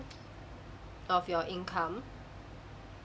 of your income